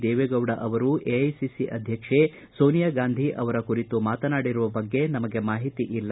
ದೇವೇಗೌಡ ಅವರು ಎಐಸಿಸಿ ಆಧಕೆ ಸೋನಿಯಾ ಗಾಂಧೀ ಅವರನ್ನು ಹೊಗಳಿ ಮಾತನಾಡಿರುವ ಬಗ್ಗೆ ನಮಗೆ ಮಾಹಿತಿ ಇಲ್ಲ